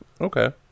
Okay